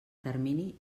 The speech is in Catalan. termini